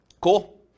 cool